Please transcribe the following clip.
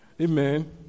Amen